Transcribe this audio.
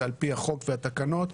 זה על-פי החוק והתקנות.